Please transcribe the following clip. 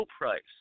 price